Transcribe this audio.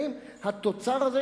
האם התוצר הזה,